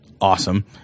awesome